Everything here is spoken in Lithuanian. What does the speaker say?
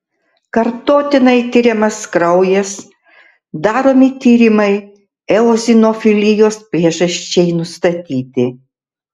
kartotinai tiriamas kraujas daromi tyrimai eozinofilijos priežasčiai nustatyti